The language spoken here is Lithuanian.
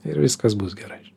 ir viskas bus gerai